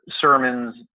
sermons